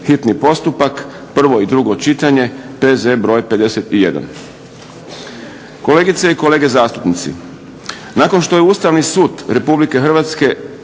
hitni postupak, prvo i drugo čitanje, P.Z. br. 51. Kolegice i kolege zastupnici nakon što je Ustavni sud Republike Hrvatske